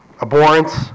abhorrence